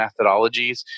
methodologies